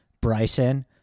Bryson